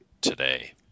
today